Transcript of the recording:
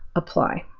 apply.